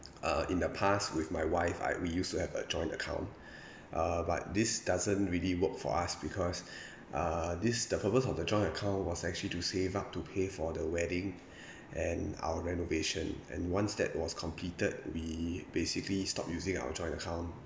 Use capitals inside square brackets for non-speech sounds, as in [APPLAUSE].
uh in the past with my wife I we used to have a joint account [BREATH] uh but this doesn't really work for us because [BREATH] uh this the purpose of the joint account was actually to save up to pay for the wedding [BREATH] and our renovation and once that was completed we basically stopped using our joint account